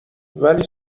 ولی